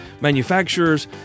manufacturers